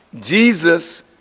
Jesus